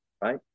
right